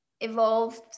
evolved